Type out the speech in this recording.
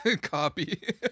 copy